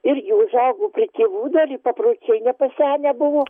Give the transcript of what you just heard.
irgi užaugau prie tėvų dar i papročiai nepasenę buvo